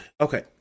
okay